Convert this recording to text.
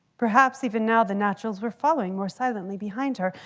perhaps even now the naturals were following or silently behind her,